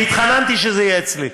אני התחננתי שזה יהיה אצלי.